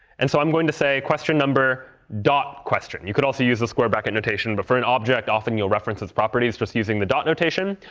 and so i'm going to say question number dot question. you could also use the square bracket notation, but for an object, often you'll reference these properties just using the dot notation.